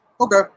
Okay